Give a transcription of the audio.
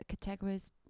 categories